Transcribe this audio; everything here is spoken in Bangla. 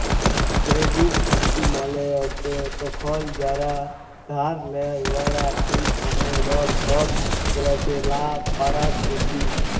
কেরডিট ঝুঁকি মালে হছে কখল যারা ধার লেয় উয়ারা ঠিক ছময় লল শধ ক্যইরতে লা পারার ঝুঁকি